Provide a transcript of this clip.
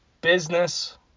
business